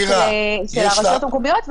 של הרשויות המקומיות,